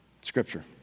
Scripture